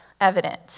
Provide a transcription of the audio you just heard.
evident